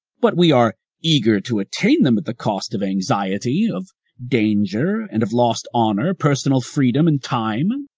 but we are eager to attain them at the cost of anxiety, of danger, and of lost honor, personal freedom, and time.